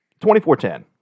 24-10